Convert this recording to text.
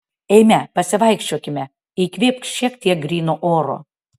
eime pasivaikščiokime įkvėpk šiek tiek gryno oro